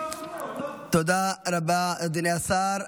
תודה רבה, אדוני השר.